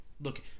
Look